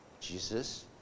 Jesus